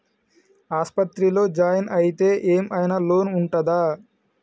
ఆస్పత్రి లో జాయిన్ అయితే ఏం ఐనా లోన్ ఉంటదా?